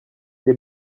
des